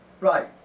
Right